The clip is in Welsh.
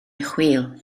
chwil